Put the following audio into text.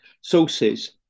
sources